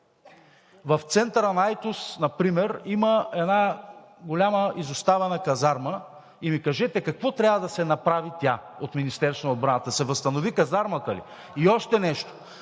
В центъра на Айтос например има една голяма изоставена казарма и ми кажете какво трябва да се направи от Министерството на отбраната? Да се възстанови казармата ли? И още нещо.